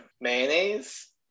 mayonnaise